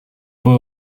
буй